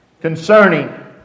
concerning